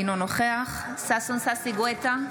אינו נוכח ששון ששי גואטה,